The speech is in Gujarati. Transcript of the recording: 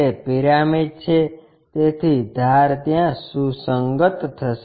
તે પિરામિડ છે તેથી ધાર ત્યાં સુસંગત થશે